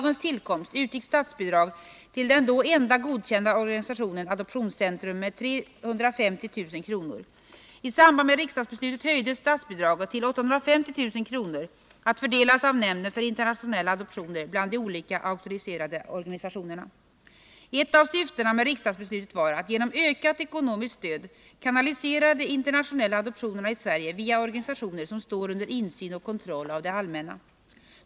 Ett av syftena med riksdagsbeslutet var att genom ökat ekonomiskt stöd kanalisera de internationella adoptionerna i Sverige via organisationer som står under insyn och kontroll av det allmänna.